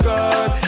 God